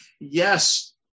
yes